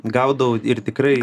gaudau ir tikrai